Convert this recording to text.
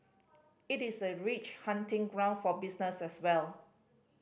it is a rich hunting ground for business as well